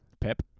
Pep